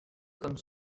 comme